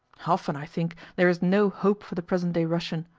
often i think there is no hope for the present-day russian.